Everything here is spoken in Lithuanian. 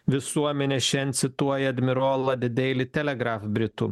visuomenė šiandien cituoja admirolą deily telegraf britų